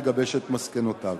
לגבש את מסקנותיו.